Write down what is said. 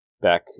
Back